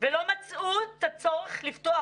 ולא מצאו את הצורך לפתוח.